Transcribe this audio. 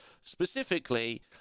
specifically